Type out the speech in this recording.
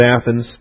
Athens